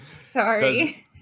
sorry